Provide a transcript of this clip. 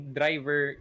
driver